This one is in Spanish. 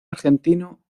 argentino